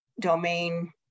domain